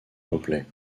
complet